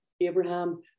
Abraham